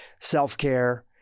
self-care